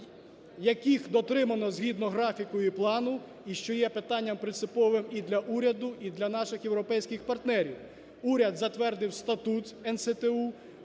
яких дотримано згідно графіку і плану, і що є питанням принциповим і для уряду, і для наших європейських партнерів. Уряд затвердив статут НСТУ,